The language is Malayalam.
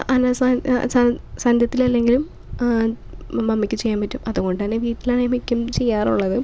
അനാസാൻ സാൻ സന്ധ്യത്തിലല്ലെങ്കിലും മമ്മിക്ക് ചെയ്യാൻ പറ്റും അതുകൊണ്ട് തന്നെ വീട്ടിലാണ് മിക്കതും ചെയ്യാറുള്ളത്